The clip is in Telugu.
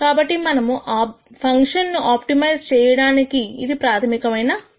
కాబట్టి మనము ఫంక్షన్ ను ఆప్టిమైజ్ చేయడానికి ఇది ప్రాథమికమైన ఆలోచన